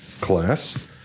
class